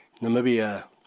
Namibia